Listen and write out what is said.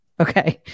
Okay